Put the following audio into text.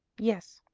yes,